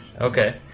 Okay